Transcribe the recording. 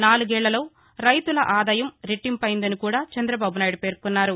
నాలుగేళ్ళలో రైతుల ఆదాయం రెట్టింపైందని కూడా చంద్రబాబు నాయుడు పేర్కొన్నారు